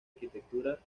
arquitectura